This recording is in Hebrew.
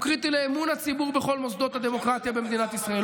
הוא קריטי לאמון הציבור בכל מוסדות הדמוקרטיה במדינת ישראל,